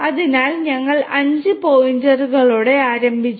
അതിനാൽ ഞങ്ങൾ അഞ്ച് പോയിന്റുകളോടെ ആരംഭിച്ചു